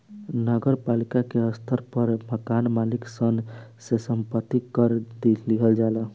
नगर पालिका के स्तर पर मकान मालिक सन से संपत्ति कर लिहल जाला